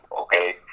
okay